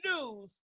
news